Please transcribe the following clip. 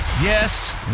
Yes